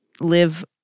live